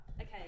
Okay